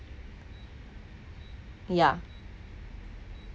yeah